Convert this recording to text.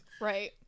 Right